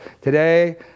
Today